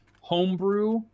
homebrew